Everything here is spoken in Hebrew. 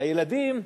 הילדים,